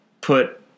put